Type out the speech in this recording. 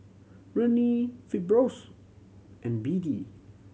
Rene Fibrosol and B D